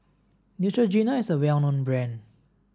Neutrogena is a well known brand